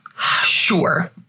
Sure